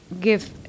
give